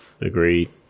Agreed